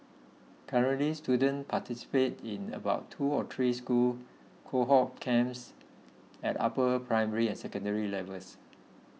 currently students participate in about two or three school cohort camps at upper primary and secondary levels